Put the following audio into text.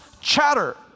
chatter